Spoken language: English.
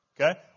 Okay